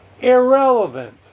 irrelevant